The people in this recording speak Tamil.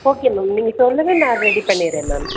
ஓகே மேம் நீங்கள் சொல்லுங்கள் நான் ரெடி பண்ணிடுறேன் மேம்